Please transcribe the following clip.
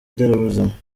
nderabuzima